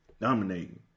dominating